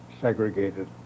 segregated